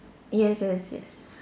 yes yes yes